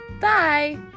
Bye